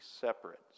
separate